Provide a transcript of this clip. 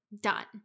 Done